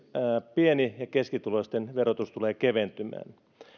pieni ja keskituloisten verotus tulee keventymään